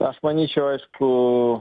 aš manyčiau aišku